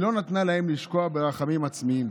היא לא נתנה להם לשקוע ברחמים עצמיים.